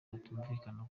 batumvikana